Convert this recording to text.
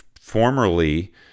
formerly